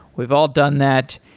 we've all done that.